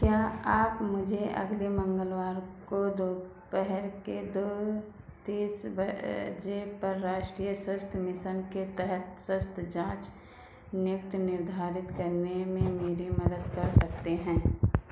क्या आप मुझे अगले मंगलवार को दोपहर के दो तीस बजे पर राष्ट्रीय स्वास्थ्य मिशन के तहत स्वास्थ्य जाँच नियुक्त निर्धारित करने में मेरी मदद कर सकते हैं